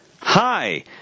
Hi